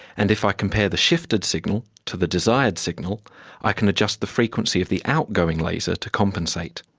and if i compare the shifted signal to the desired signal i can adjust the frequency of the outgoing laser to compensate.